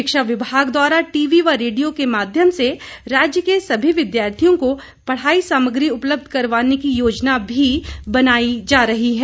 शिक्षा विभाग द्वारा टीवी व रेडियो के माध्यम से राज्य के सभी विद्यार्थियों को पढ़ाई सामग्री उपलब्ध करवाने की योजना भी बनाई जा रही है